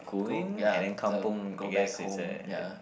cool ya so go back home ya